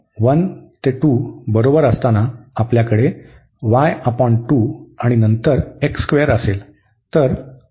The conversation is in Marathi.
हे 1 ते 2 बरोबर असताना आपल्याकडे आणि नंतर असेल